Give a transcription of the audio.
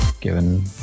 given